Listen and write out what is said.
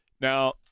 Now